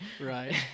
Right